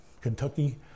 Kentucky